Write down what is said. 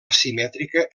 asimètrica